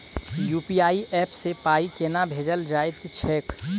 UPI app सँ पाई केना भेजल जाइत छैक?